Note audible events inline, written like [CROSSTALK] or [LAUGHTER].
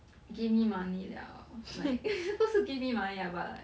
[NOISE] give me money liao like [LAUGHS] 不是 give me money lah but like